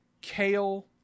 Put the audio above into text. kale